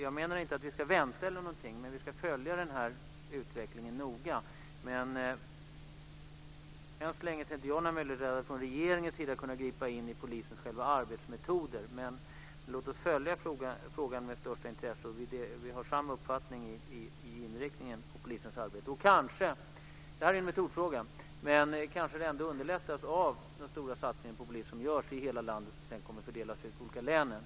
Jag menar inte att vi ska vänta, men vi ska följa utvecklingen noga. Än så länge ser inte jag att regeringen har några möjligheter att gripa in i polisens arbetsmetoder, men låt oss följa frågan med största intresse. Vi har samma uppfattning om inriktningen av polisens arbete. Det här är en metodfråga, men det kanske kan underlättas av den stora satsning på poliser som görs i hela landet. De kommer ju sedan att fördelas ut i de olika länen.